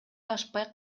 ашпай